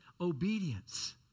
obedience